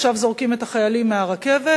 עכשיו זורקים את החיילים מהרכבת,